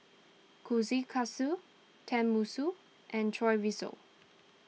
Kushikatsu Tenmusu and Chorizo